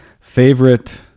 Favorite